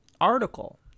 article